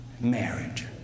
marriage